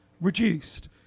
reduced